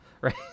right